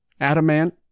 Adamant